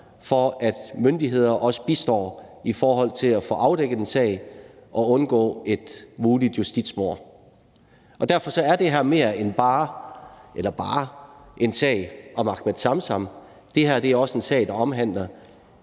for at myndigheder også bistår i forhold til at få afdækket en sag og undgå et muligt justitsmord. Derfor er det her mere end bare en sag om Ahmed Samsam; det er også en sag, der omhandler